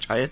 छायेत